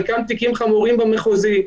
חלקם תיקים חמורים במחוזי,